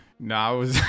No